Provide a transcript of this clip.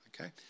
okay